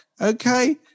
Okay